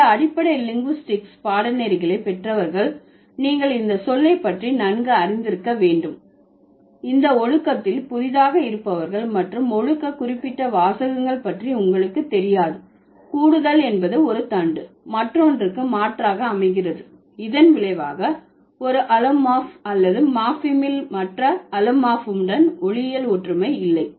சில அடிப்படை லிங்குஸ்டிக்ஸ் பாடநெறிகளை பெற்றவர்கள் நீங்கள் இந்தச் சொல்லை பற்றி நன்கு அறிந்திருக்க வேண்டும் இந்த ஒழுக்கத்தில் புதிதாக இருப்பவர்கள் மற்றும் ஒழுக்க குறிப்பிட்ட வாசகங்கள் பற்றி உங்களுக்குத் தெரியாது கூடுதல் என்பது ஒரு தண்டு மற்றொன்றுக்கு மாற்றாக அமைகிறது இதன் விளைவாக ஒரு அலோமார்ப் அல்லது மார்பிமில் மற்ற அலோமார்புடன் ஒலியியல் ஒற்றுமை இல்லை